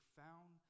found